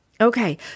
Okay